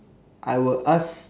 I will ask